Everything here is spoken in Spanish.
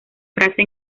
frase